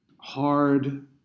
hard